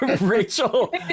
Rachel